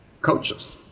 coaches